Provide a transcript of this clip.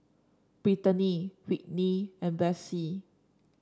Brittanie Whitney and Blaise